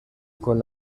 con